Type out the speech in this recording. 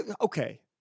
okay